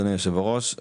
אדוני היושב-ראש,